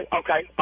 okay